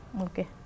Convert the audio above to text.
Okay